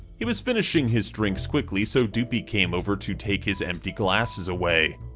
he was finishing his drinks quickly so doopie came over to take his empty glasses away.